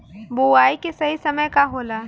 बुआई के सही समय का होला?